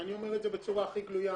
ואני אומר את זה בצורה הכי גלויה,